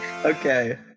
Okay